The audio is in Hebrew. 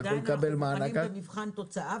אתה יכול לקבל מענקים --- עדיין אנחנו נבחנים במבחן התוצאה,